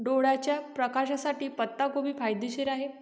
डोळ्याच्या प्रकाशासाठी पत्ताकोबी फायदेशीर आहे